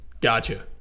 gotcha